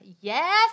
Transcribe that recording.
yes